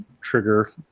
trigger